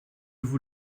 vous